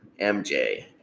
MJ